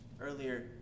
earlier